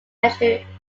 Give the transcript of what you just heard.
measuring